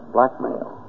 Blackmail